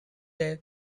their